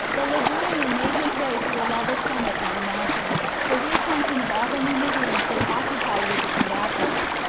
the ligurian made his way to the level summit of the mountain, for the attention of all the numidians was occupied with the combatants.